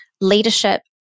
leadership